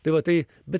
tai va tai bet